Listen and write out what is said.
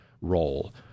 role